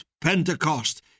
Pentecost